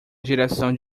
direção